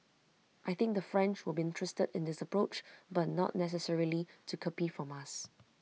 I think the French will be interested in this approach but not necessarily to copy from us